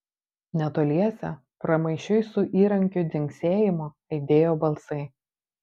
netoliese pramaišiui su įrankių dzingsėjimu aidėjo balsai